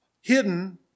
hidden